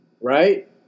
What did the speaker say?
right